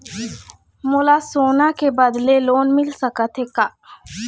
मोला सोना के बदले लोन मिल सकथे का?